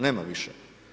Nema više.